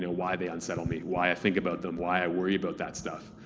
you know why they unsettle me, why think about them, why i worry about that stuff.